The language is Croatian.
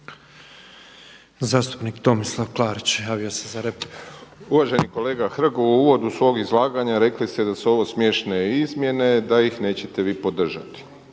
Uvaženi kolega Hrg u uvodu svog izlaganja rekli ste da se ovo smiješne izmjene i da ih nećete vi podržati.